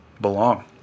belong